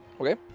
Okay